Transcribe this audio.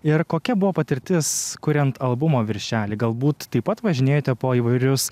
ir kokia buvo patirtis kuriant albumo viršelį galbūt taip pat važinėjate po įvairius